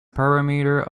parameter